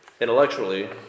intellectually